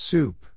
Soup